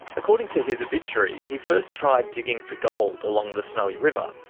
according to his obituary, he first tried digging for gold along the snowy river.